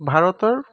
ভাৰতৰ